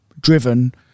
driven